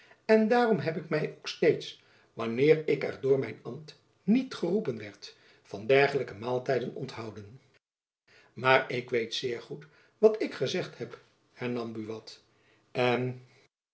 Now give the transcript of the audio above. en daarom heb ik my ook steeds wanneer ik er door mijn ambt niet geroepen werd van dergelijke maaltijden onthouden maar ik weet zeer goed wat ik gezegd heb hernam buat en